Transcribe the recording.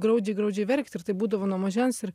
graudžiai graudžiai verkti ir taip būdavo nuo mažens ir